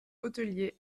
hôteliers